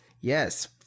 Yes